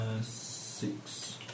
six